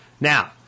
Now